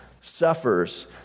suffers